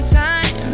time